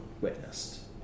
witnessed